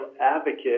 advocate